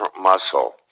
muscle